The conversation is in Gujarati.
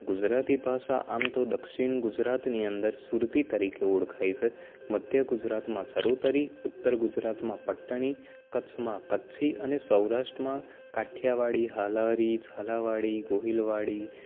ગુજરાતી ભાષા આમ તો દક્ષિણ ગુજરાતની અંદર સુરતી ભાષા તરીકે ઓળખાય છે મધ્ય ગુજરાતમાં ચરોતરી ઉત્તર ગુજરાતમાં પટ્ટણી કચ્છમાં કચ્છી અને સૌરાષ્ટ્રમાં કાઠિયાવાડી હાલારી ઝાલાવાડી ગોહિલવાડી